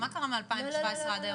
מה קרה מ-2017 ועד היום?